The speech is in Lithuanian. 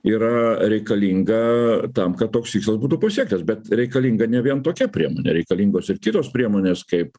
yra reikalinga tam kad toks tikslas būtų pasiektas bet reikalinga ne vien tokia priemonė reikalingos ir kitos priemonės kaip